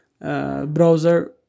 Browser